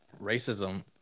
racism